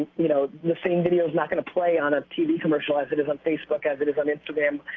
you know, the same video is not going to play on a tv commercial as it is on facebook, as it is on instagram,